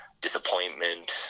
disappointment